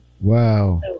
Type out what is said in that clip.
Wow